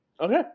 Okay